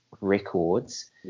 records